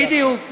בדיוק.